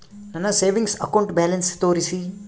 ನನ್ನ savings account balance ತೋರಿಸಿ?